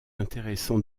intéressant